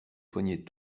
soignait